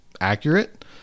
accurate